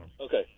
Okay